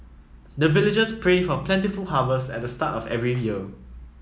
the villagers pray for plentiful harvest at the start of every year